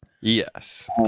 Yes